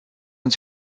uns